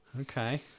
Okay